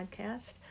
podcast